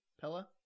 Pella